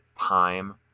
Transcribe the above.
time